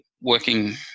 working